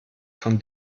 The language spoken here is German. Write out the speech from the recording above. von